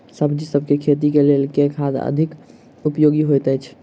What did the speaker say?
सब्जीसभ केँ खेती केँ लेल केँ खाद अधिक उपयोगी हएत अछि?